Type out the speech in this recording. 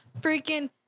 freaking